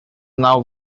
now